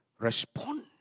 Respond